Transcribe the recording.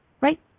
Right